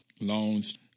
loans